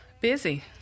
busy